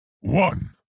one